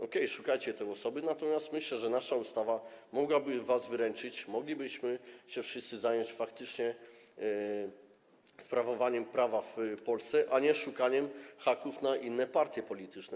Ok, szukajcie tych osób, natomiast myślę, że nasza ustawa mogłaby was wyręczyć i moglibyśmy się wszyscy zająć faktycznie stanowieniem prawa w Polsce, a nie szukaniem haków na inne partie polityczne.